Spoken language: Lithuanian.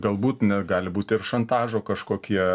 galbūt ne gali būti ir šantažo kažkokie